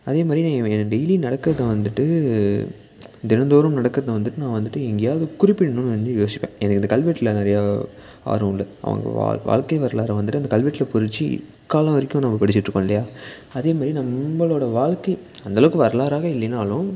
அதே மாதிரி டெய்லியும் நடக்கிறத வந்துட்டு தினந்தோறும் நடக்கிறத வந்துட்டு நான் வந்துட்டு எங்கேயாவது குறிப்பிடணும்ன்னு நான் வந்து யோசிப்பேன் எனக்கு இந்த கல்வெட்டில் நிறைய ஆர்வம் இல்லை அவங்க வா வாழ்கை வரலாறை வந்துட்டு அந்த கல்வெட்டில் பொறித்து இக்காலம் வரைக்கும் நம்ம படிச்சுட்டு இருக்கோம் இல்லையா அதே மாதிரி நம்மளோட வாழ்கை அந்தளவுக்கு வரலாறாகவே இல்லைனாலும்